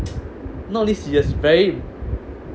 not only serious very